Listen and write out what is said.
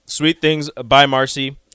Sweetthingsbymarcy